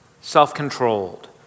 self-controlled